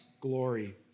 glory